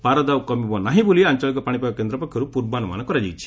ପାରଦ ଆଉ କମିବ ନାହିଁ ବୋଲି ଆଞ୍ଚଳିକ ପାଶିପାଗ କେନ୍ଦ୍ର ପକ୍ଷରୁ ପୂର୍ବାନୁମାନ କରାଯାଇଛି